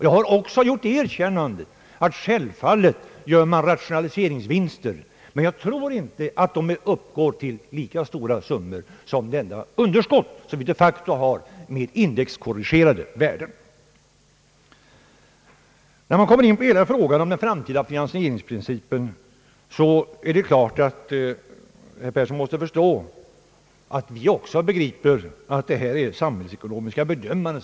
Jag erkände att man självfallet kan göra vissa rationaliseringsvinster, men jag tror inte att de uppgår till lika stora summor som de underskott vi de facto har, och detta alltså med indexkorrigerade värden. När man kommer in på frågan om den framtida finansieringsprincipen måste herr Persson förstå att vi också inser att det alltid måste ske en samhällsekonomisk bedömning.